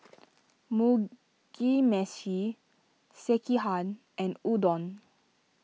Mugi Meshi Sekihan and Udon